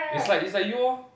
it's like it's like you lor